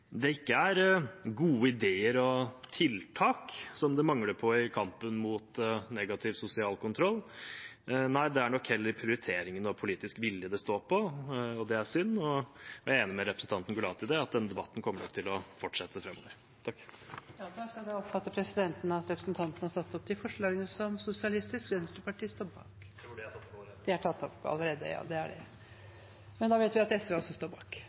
det ikke er gode ideer og tiltak det er mangel på i kampen mot negativ sosial kontroll – det er nok heller prioriteringene og politisk vilje det står på. Det er synd, og jeg er enig med representanten Gulati i at denne debatten nok kommer til å fortsette framover. Negativ sosial kontroll er et alvorlig samfunnsproblem som må bekjempes. Vi bør etterstrebe at alle barn skal få leve frie liv både i Norge og i resten av verden. Men sånn er det dessverre ikke i dag. Derfor er det